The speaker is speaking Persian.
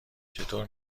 چطور